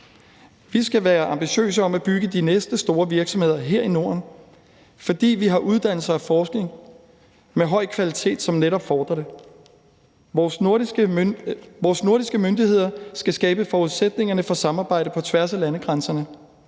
Vi skal være ambitiøse i forhold til at bygge de næste store virksomheder her i Norden, fordi vi har uddannelse og forskning af høj kvalitet, som netop fordrer det. Vores nordiske myndigheder skal skabe forudsætningerne for samarbejde på tværs af landegrænserne,